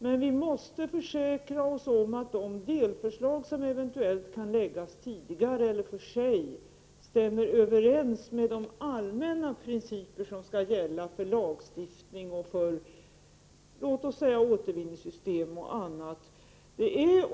Men vi måste försäkra oss om att de delförslag som eventuellt kan behandlas tidigare eller för sig stämmer överens med de allmänna principer som skall gälla för lagstiftning, låt mig säga återvinningssystem och annat.